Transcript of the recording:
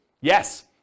Yes